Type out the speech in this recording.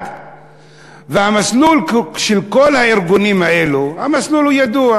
המסלול של כל הארגונים האלה ידוע: